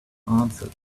answered